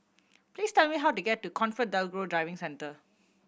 please tell me how to get to ComfortDelGro Driving Centre